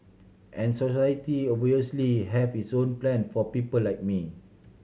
and society obviously have its own plan for people like me